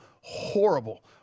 horrible